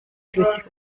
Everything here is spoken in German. flüssig